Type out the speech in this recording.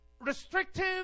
restrictive